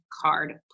card